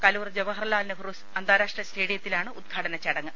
Kaloor Jawaharlal Nehru അന്താരാഷ്ട്ര സ്റ്റേഡിയത്തിലാണ് ഉദ് ഘാടന ചടങ്ങ്